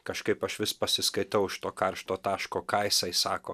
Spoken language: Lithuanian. kažkaip aš vis pasiskaitau iš to karšto taško ką jisai sako